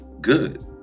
Good